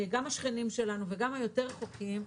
גם השכנים שלנו וגם היותר רחוקים,